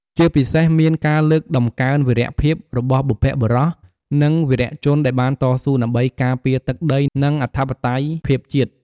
ជាពិសេសមានការលើកតម្កើងវីរភាព របស់បុព្វបុរស និងវីរជនដែលបានតស៊ូដើម្បីការពារទឹកដី និងអធិបតេយ្យភាពជាតិ ។